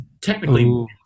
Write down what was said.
technically